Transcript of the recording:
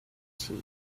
tea